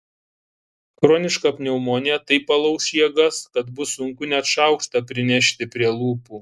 chroniška pneumonija taip palauš jėgas kad bus sunku net šaukštą prinešti prie lūpų